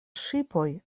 ŝipoj